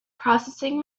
processing